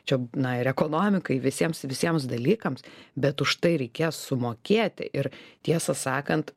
čia na ir ekonomikai visiems visiems dalykams bet užtai reikės sumokėti ir tiesą sakant